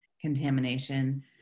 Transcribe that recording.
contamination